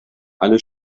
alle